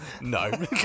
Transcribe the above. No